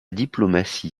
diplomatie